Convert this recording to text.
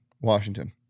Washington